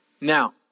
Now